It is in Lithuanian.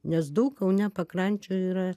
nes daug kaune pakrančių yra